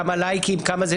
כמה לייקים וכולי.